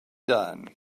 done